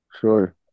sure